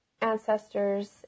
ancestors